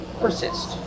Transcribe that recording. persist